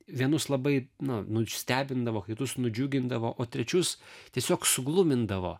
vienus labai nu nustebindavo kitus nudžiugindavo o trečius tiesiog suglumindavo